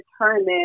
determine